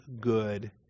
good